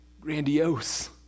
grandiose